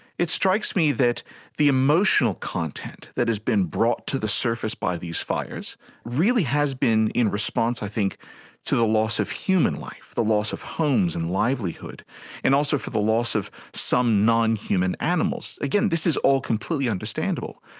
it strikes me that the emotional content that has been brought to the surface by these fires really has been in response i think to the loss of human life, the loss of homes and livelihood and also for the loss of some nonhuman animals. again, this is all completely understandable.